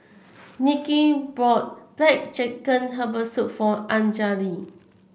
Nicky brought black chicken Herbal Soup for Anjali